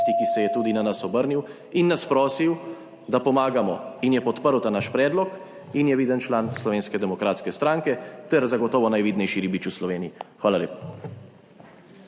ki se je tudi na nas obrnil in nas prosil, da pomagamo in je podprl ta naš predlog in je viden član Slovenske demokratske stranke ter zagotovo najvidnejši ribič v Sloveniji. Hvala lepa.